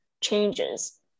changes